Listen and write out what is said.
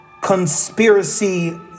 conspiracy